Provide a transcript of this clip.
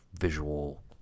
visual